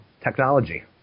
technology